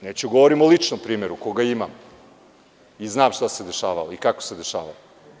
Neću da govorim o ličnom primeru koga imam i znam šta se dešavalo i kako se dešavalo.